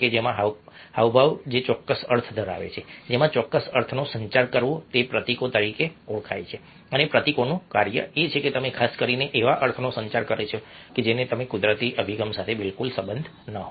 આવા હાવભાવ કે જે ચોક્કસ અર્થ ધરાવે છે જેમ કે ચોક્કસ અર્થનો સંચાર કરવો તે પ્રતીકો તરીકે ઓળખાય છે અને પ્રતીકોનું કાર્ય એ છે કે તેઓ ખાસ કરીને એવા અર્થનો સંચાર કરે છે કે જેનો તમને કુદરતી અભિગમ સાથે બિલકુલ સંબંધ ન હોય